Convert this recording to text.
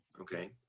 okay